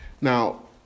Now